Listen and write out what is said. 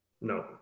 No